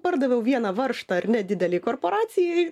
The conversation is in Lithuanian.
pardaviau vieną varžtą ar ne didelei korporacijai